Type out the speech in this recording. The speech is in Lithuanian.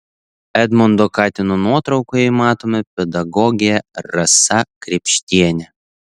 edmundo katino nuotraukoje matoma pedagogė rasa krėpštienė